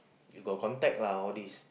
we got contact lah all these